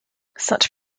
such